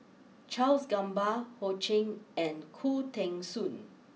Charles Gamba Ho Ching and Khoo Teng Soon